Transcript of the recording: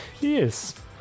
Yes